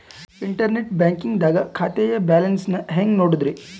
Internet banking ದಾಗ ಖಾತೆಯ balance ನ ಹೆಂಗ್ ನೋಡುದ್ರಿ?